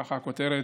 כך הכותרת.